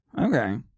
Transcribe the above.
Okay